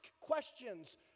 questions